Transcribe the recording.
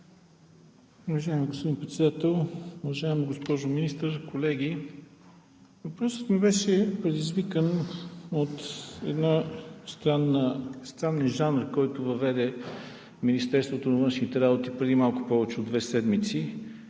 уважаема госпожо Министър, колеги! Въпросът ми беше предизвикан от един странен жанр, който въведе Министерството на външните работи преди малко повече от две седмици,